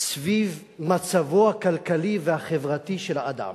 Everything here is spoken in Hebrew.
סביב מצבו הכלכלי והחברתי של האדם,